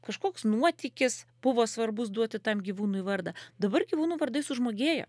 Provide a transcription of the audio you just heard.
kažkoks nuotykis buvo svarbus duoti tam gyvūnui vardą dabar gyvūnų vardai sužmogėja